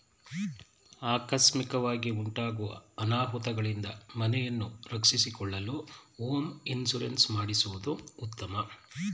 ಆಕಸ್ಮಿಕವಾಗಿ ಉಂಟಾಗೂ ಅನಾಹುತಗಳಿಂದ ಮನೆಯನ್ನು ರಕ್ಷಿಸಿಕೊಳ್ಳಲು ಹೋಮ್ ಇನ್ಸೂರೆನ್ಸ್ ಮಾಡಿಸುವುದು ಉತ್ತಮ